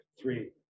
three